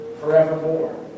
forevermore